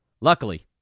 Luckily